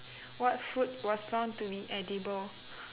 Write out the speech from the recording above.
what food was found to be edible